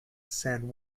san